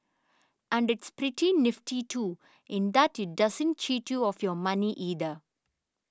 and it's pretty nifty too in that it doesn't cheat you of your money either